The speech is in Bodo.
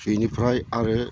बिनिफ्राय आरो